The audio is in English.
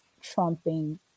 trumping